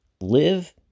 live